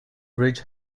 bridge